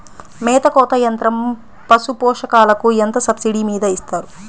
మేత కోత యంత్రం పశుపోషకాలకు ఎంత సబ్సిడీ మీద ఇస్తారు?